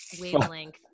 wavelength